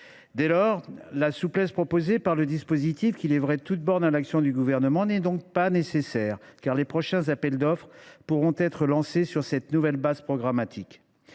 Aussi, la souplesse prévue par le dispositif, qui lèverait tout obstacle à l’action du Gouvernement, n’est pas nécessaire, car les prochains appels d’offres pourront être lancés sur cette nouvelle base programmatique.